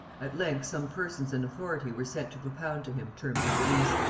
at length some persons in authority were sent to propound to him terms of release.